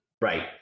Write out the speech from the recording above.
Right